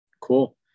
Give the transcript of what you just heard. Cool